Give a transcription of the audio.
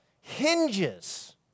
hinges